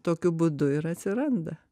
tokiu būdu ir atsiranda